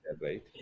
Right